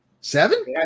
Seven